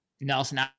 Nelson